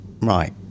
Right